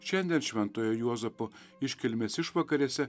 šiandien šventojo juozapo iškilmės išvakarėse